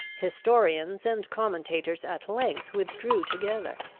historians and commentators at length withdrew together.